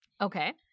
Okay